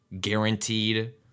guaranteed